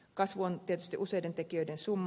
kasvu on tietysti useiden tekijöiden summa